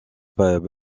pas